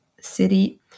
city